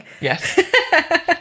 yes